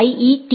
D